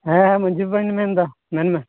ᱦᱮᱸ ᱢᱟ ᱡᱷᱤ ᱵᱟᱵᱟᱧ ᱢᱮᱱᱮᱫᱟ ᱢᱮᱱᱢᱮ